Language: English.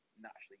naturally